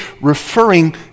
referring